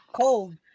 cold